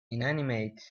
inanimate